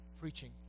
preaching